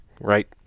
Right